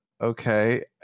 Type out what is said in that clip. okay